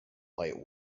height